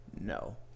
No